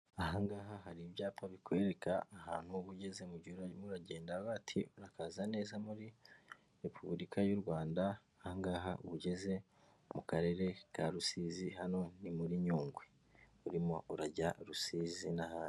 Ahangaha hari ibyapa bikwereka ahantu uba ugeze mu gihe urimo uragenda baravuga bati urakaza neza muri Repubulika y'u Rwanda ahangaha uba ugeze mu karere ka Rusizi hano ni muri Nyungwe urimo urajya rusizi n'ahandi.